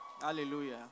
Hallelujah